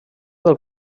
del